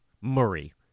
Murray